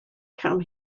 come